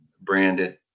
branded